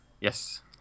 Yes